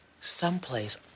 someplace